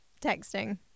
Texting